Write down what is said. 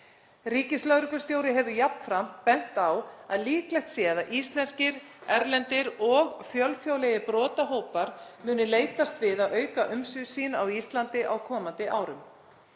Ríkislögreglustjóri hefur jafnframt bent á að líklegt sé að íslenskir, erlendir og fjölþjóðlegir brotahópar muni leitast við að auka umsvif sín á Íslandi á komandi árum.